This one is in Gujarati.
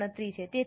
આ ગણતરી છે